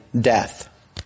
death